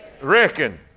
reckon